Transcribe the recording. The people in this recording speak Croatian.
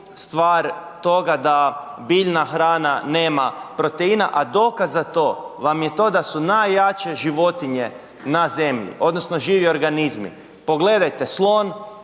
stvar toga da biljna hrana nema proteina, a dokaz za to vam je to da su najjače životinje na zemlji, odnosno živi organizmi, pogledajte, slon,